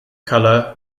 colour